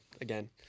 again